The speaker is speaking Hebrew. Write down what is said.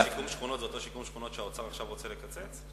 שיקום שכונות זה אותו שיקום שכונות שהאוצר עכשיו רוצה לקצץ?